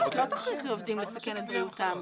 לא, את לא תכריחי עובדים לסכן את בריאותם.